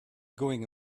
going